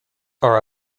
are